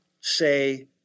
say